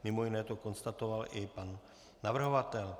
Mimo jiné to konstatoval i pan navrhovatel.